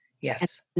Yes